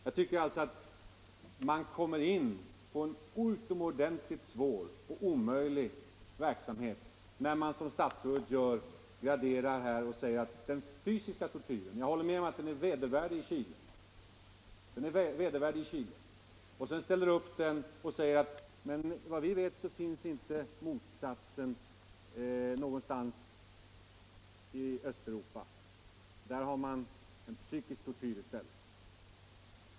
Jag tycker att man kommer in på en utomordentligt svår, nästan omöjlig, bedömning när man som statsrådet graderar och talar om den fysiska tortyren i Chile — jag håller med om att den är vedervärdig — och samtidigt säger att oss veterligt finns inte någon motsvarighet någonstans i Östeuropa. Där har man i stället en psykisk tortyr.